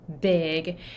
big